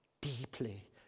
deeply